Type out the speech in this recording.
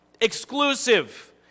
exclusive